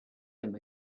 him